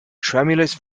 tremulous